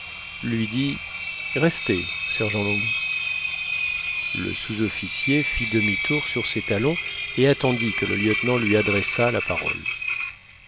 lui dit restez sergent long le sous-officier fit demi-tour sur ses talons et attendit que le lieutenant lui adressât la parole